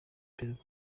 prezida